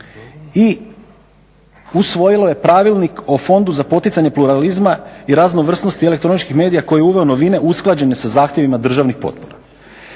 i usvojilo je pravilnik o fondu za poticanje pluralizma i raznovrsnosti elektroničkih medija koje je uveo novine usklađene sa zahtjevima državnih potpora.